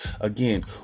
Again